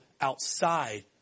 outside